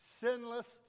sinless